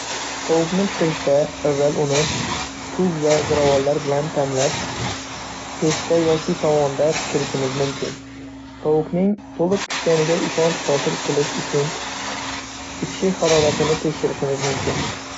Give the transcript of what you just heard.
Tovuqni pishirishda avval uni tuz va ziravorlar bilan ta'mlab, pechda yoki tovonda pishirishimiz mumkin. Tovuqning to‘liq pishganiga ishonch hosil qilish uchun ichki haroratini tekshirishimiz mumkin.